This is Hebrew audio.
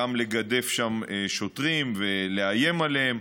וגם לגדף שם שוטרים ולאיים עליהם.